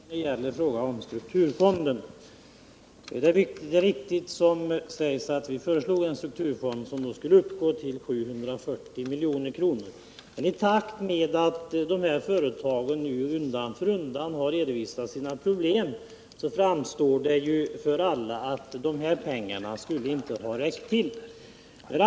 Herr talman! Jag vill börja med att beröra frågan om strukturfonden. Det är riktigt som sägs att vi föreslog en strukturfond, som skulle uppgå till 740 milj.kr. Men i takt med att företagen undan för undan har redovisat sina problem framstår det klart för alla att de pengarna inte skulle ha räckt till.